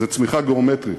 זו צמיחה גיאומטרית.